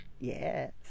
yes